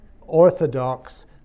orthodox